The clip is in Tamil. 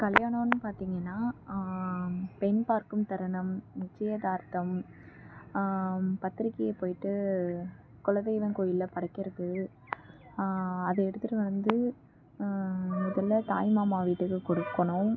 கல்யாணன்னு பார்த்தீங்கன்னா பெண் பார்க்கும் தருணம் நிச்சயதார்த்தம் பத்திரிக்கையை போய்ட்டு கொலதெய்வம் கோவில்ல படைக்கிறது அதை எடுத்துட்டு வந்து முதல்ல தாய்மாமா வீட்டுக்கு கொடுக்கணும்